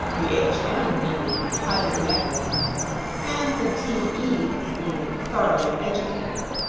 the h. m. meaning highly magnified and the t e. meaning thoroughly educated.